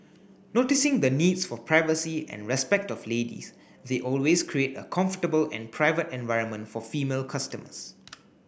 noticing the needs for privacy and respect of ladies they always create a comfortable and private environment for female customers